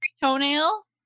toenail